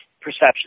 perception